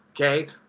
okay